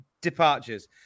Departures